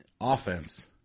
offense